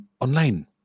online